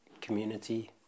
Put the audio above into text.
community